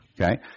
Okay